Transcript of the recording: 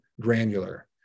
granular